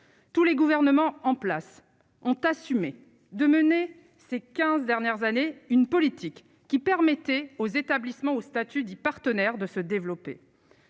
tous les gouvernements en place ont assumé de mener ces 15 dernières années une politique qui permettait aux établissements au statut des partenaires de se développer.